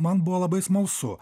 man buvo labai smalsu